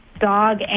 dog